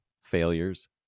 failures